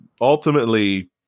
ultimately